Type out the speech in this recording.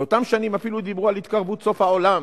באותן שנים אפילו דיברו על התקרבות סוף העולם